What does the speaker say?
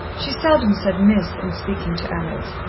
she seldom said miss in speaking to alex.